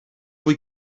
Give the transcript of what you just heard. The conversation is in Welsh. fwy